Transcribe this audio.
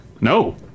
no